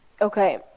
Okay